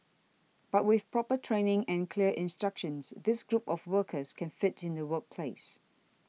but with proper training and clear instructions this group of workers can fit in the workplace